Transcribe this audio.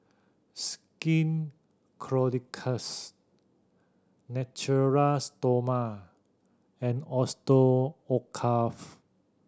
Skin Ceuticals Natura Stoma and Osteocareth